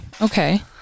okay